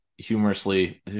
Humorously